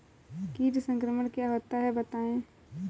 कीट संक्रमण क्या होता है बताएँ?